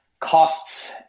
costs